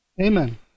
Amen